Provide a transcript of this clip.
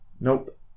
nope